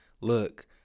Look